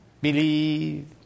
believe